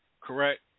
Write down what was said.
correct